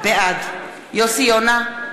בעד יוסי יונה,